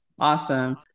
Awesome